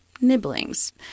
Nibblings